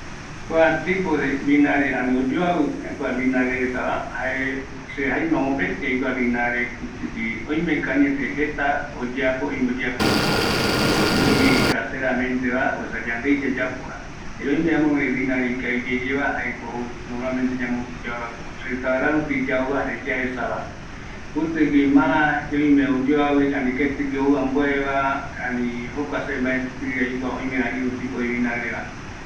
﻿Kua tipo de vinagre ani oyuavi kua vinagre retava jae se jaeñoma mopeti aikua kua vinagre kutigui oimeko añete jeta oyeapo, oime oyeapo muy caseramenteva, osea yandei yayapova, erei oime amöguë vinagre ikaviyeye oyeapova jaeko ou noramlmente yamo ya äpova restaurant rupi yauva jare yaesa kutigui oime oyoavi ani ketigui ou ambueva, ani jokua se mbaeti aikua, oimera irü tipo de vinagreva